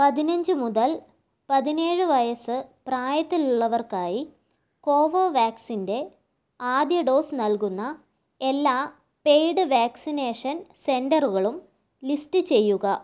പതിനഞ്ച് മുതൽ പതിനേഴ് വയസ്സ് പ്രായത്തിലുള്ളവർക്കായി കോവോവാക്സിൻ്റെ ആദ്യ ഡോസ് നൽകുന്ന എല്ലാ പെയ്ഡ് വാക്സിനേഷൻ സെന്ററുകളും ലിസ്റ്റ് ചെയ്യുക